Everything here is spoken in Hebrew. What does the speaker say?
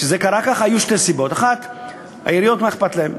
וזה קרה בגלל שתי סיבות: 1. העיריות, מה אכפת להן?